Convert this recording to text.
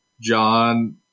John